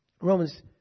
Romans